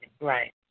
right